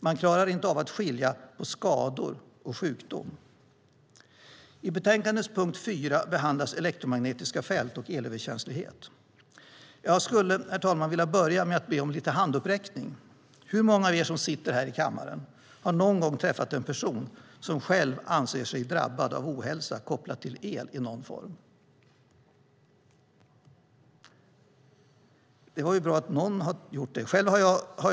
Man klarar inte av att skilja på skador och sjukdom. I betänkandets punkt 4 behandlas elektromagnetiska fält och elöverkänslighet. Jag skulle, herr talman, vilja börja med att be om handuppräckning. Hur många av er som sitter här i kammaren har någon gång träffat en person som själv anser sig drabbad av ohälsa kopplat till el i någon form? Någon av er har gjort det, och det var ju bra.